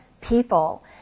people